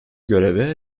göreve